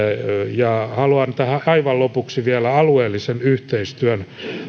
haluan tähän aivan lopuksi puhua vielä alueellisen yhteistyön